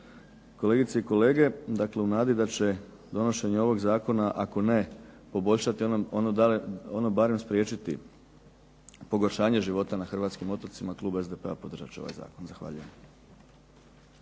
Kolegice i kolege, dakle u nadi da će donošenje ovog zakona ako ne poboljšati, ono barem spriječiti pogoršanje života na hrvatskim otocima klub SDP-a podržat će ovaj zakon. Zahvaljujem.